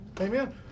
Amen